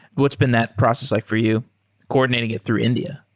what's been that process like for you coordinating it through india?